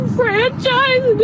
franchise